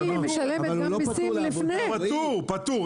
--- הוא פתור, פתור.